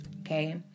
okay